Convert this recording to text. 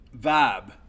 vibe